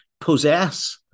possess